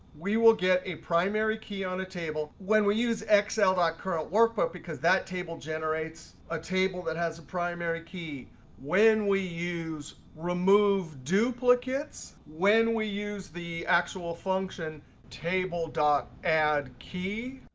we will get a primary key on a table when we use excel dot current workbook because that table generates a table that has a primary key when we use remove duplicates, when we use the actual function table dog add key,